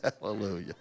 Hallelujah